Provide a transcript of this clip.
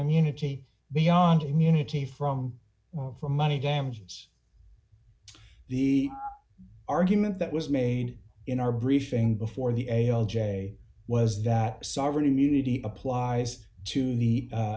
immunity beyond immunity from for money damages the argument that was made in our briefing before the a l j was that sovereign immunity applies to the